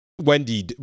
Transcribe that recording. Wendy